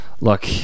look